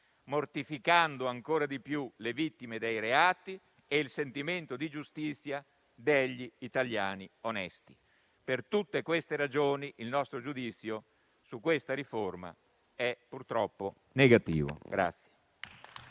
mortificando ancora di più le vittime dei reati e il sentimento di giustizia degli italiani onesti. Per tutte queste ragioni il nostro giudizio su questa riforma è purtroppo negativo.